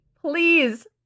please